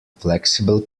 flexible